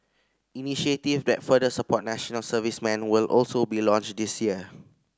initiative that further support national serviceman will also be launched this year